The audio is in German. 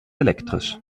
elektrisch